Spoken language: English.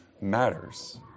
matters